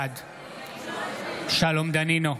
בעד שלום דנינו,